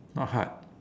not hard